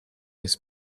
his